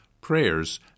prayers